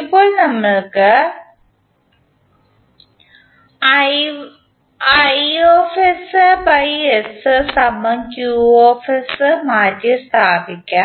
ഇപ്പോൾ നമുക്ക് മാറ്റിസ്ഥാപിക്കാം